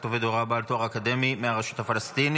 עובד הוראה בעל תואר אקדמי מהרשות הפלסטינית,